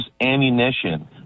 ammunition